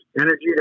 energy